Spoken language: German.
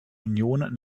union